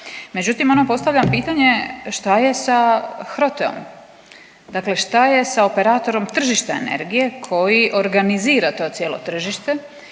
Međutim, onda postavljam pitanje šta je sa HROTE-om? Dakle, šta je sa operatorom tržišta energije koji organizira to cijelo tržište